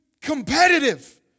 competitive